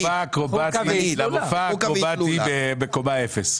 למופע האקרובטי בקומה אפס.